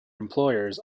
employers